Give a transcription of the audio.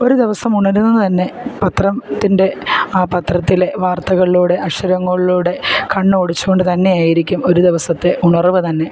ഒരു ദിവസം ഉണരുന്നതു തന്നെ പത്രത്തിൻ്റെ ആ പത്രത്തിലെ വാർത്തകളിലൂടെ അക്ഷരങ്ങളിലൂടെ കണ്ണ് ഓടിച്ചു കൊണ്ടു തന്നെയായിരിക്കും ഒരു ദിവസത്തെ ഉണർവു തന്നെ